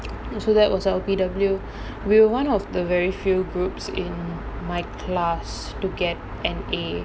and so that was our P_W we were one of the very few groups in my class to get an A